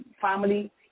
family